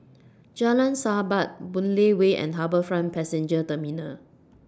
Jalan Sahabat Boon Lay Way and HarbourFront Passenger Terminal